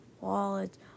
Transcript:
wallets